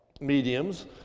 mediums